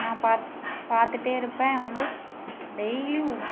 நான் பார்த் பார்த்துட்டே இருப்பேன் வந்து டெய்லியும்